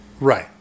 Right